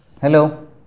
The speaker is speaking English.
Hello